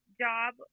job